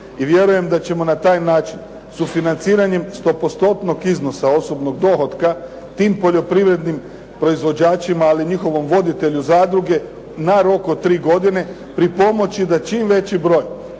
i vjerujem da ćemo na taj način, sufinanciranjem stopostotnog iznosa osobnog dohotka tih poljoprivrednim proizvođačima, ali i njihovom voditelju zadruge na rok od 3 godine, pri pomoći da čim veći broj